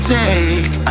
take